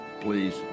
please